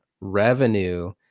revenue